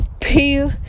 peel